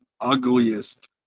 ugliest